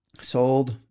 sold